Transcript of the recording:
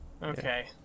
Okay